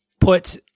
put